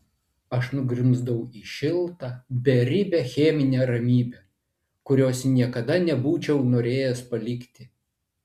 aš nugrimzdau į šiltą beribę cheminę ramybę kurios niekada nebūčiau norėjęs palikti